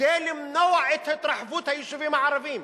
כדי למנוע את התרחבות היישובים הערביים.